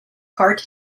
part